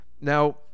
Now